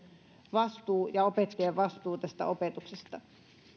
vastuu ja opettajan vastuu tästä opetuksesta